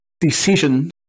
decision